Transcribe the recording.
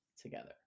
together